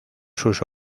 sus